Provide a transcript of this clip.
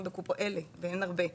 ואין הרבה,